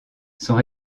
sont